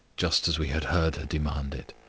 just as we had heard her demand it.